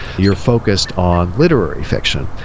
you're focused on literary fiction.